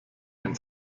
ein